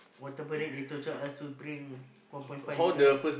water parade they torture us to drink one point five liter right